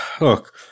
look